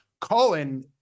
Colin